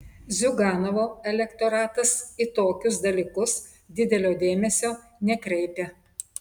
ziuganovo elektoratas į tokius dalykus didelio dėmesio nekreipia